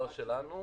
לא שלנו,